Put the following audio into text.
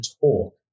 talk